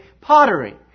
pottery